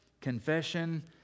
confession